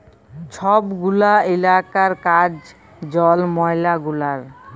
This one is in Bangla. ছব গুলা ইলাকার কাজ জল, ময়লা গুলার